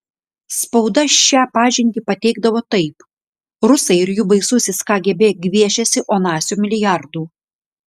spauda šią pažintį pateikdavo taip rusai ir jų baisusis kgb gviešiasi onasio milijardų